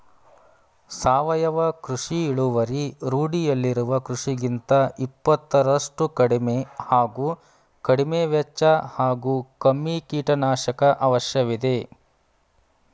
ಸಾವಯವ ಕೃಷಿ ಇಳುವರಿ ರೂಢಿಯಲ್ಲಿರುವ ಕೃಷಿಗಿಂತ ಇಪ್ಪತ್ತರಷ್ಟು ಕಡಿಮೆ ಹಾಗೂ ಕಡಿಮೆವೆಚ್ಚ ಹಾಗೂ ಕಮ್ಮಿ ಕೀಟನಾಶಕ ಅವಶ್ಯವಿದೆ